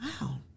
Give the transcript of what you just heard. Wow